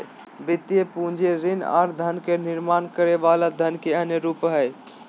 वित्तीय पूंजी ऋण आर धन के निर्माण करे वला धन के अन्य रूप हय